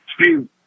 Steve